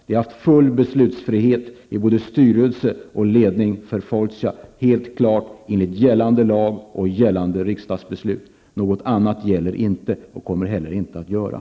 Man har haft full beslutsfrihet i både styrelse och ledning för Fortia, enligt gällande lag och gällande riksdagsbeslut. Något annat gäller inte och kommer inte heller att gälla.